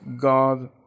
God